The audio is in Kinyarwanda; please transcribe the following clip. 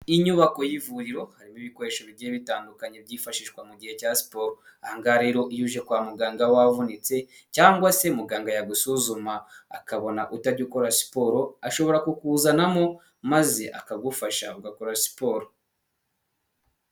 Inyubako y'ivuriro harimo ibikoresho bigiye bitandukanye byifashishwa mu gihe cya siporo. Ahangaha rero iyo uje kwa muganga wavunitse cyangwa se muganga yagusuzuma akabona utajya ukora siporo ashobora kukuzanamo maze akagufasha ugakora siporo.